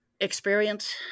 experience